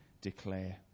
declare